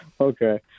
Okay